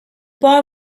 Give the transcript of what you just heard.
boy